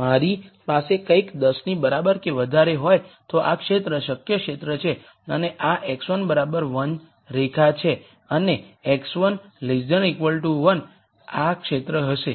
મારી પાસે કંઈક 10 ની બરાબર કે વધારે હોય તો આ ક્ષેત્ર શક્ય ક્ષેત્ર છે અને આ x1 1 રેખા છે અને x1 1 આ ક્ષેત્ર હશે